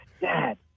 Dad